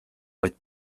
vaid